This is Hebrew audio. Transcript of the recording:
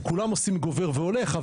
כולם עושים גובר והולך,